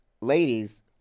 ladies